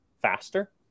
faster